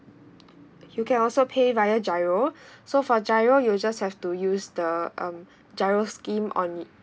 you can also pay via giro so for giro you just have to use the um giro scheme on